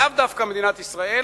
לאו דווקא מדינת ישראל,